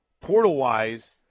portal-wise